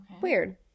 Weird